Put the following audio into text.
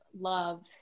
love